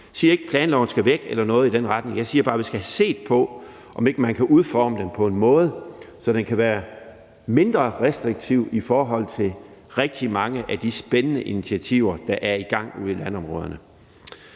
Jeg siger ikke, at planloven skal væk eller noget i den retning; jeg siger bare, at vi skal have set på, om ikke man kan udforme den på en måde, så den kan være mindre restriktiv i forhold til rigtig mange af de spændende initiativer, der er i gang ude i landområderne.